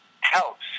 helps